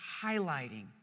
highlighting